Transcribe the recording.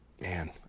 Man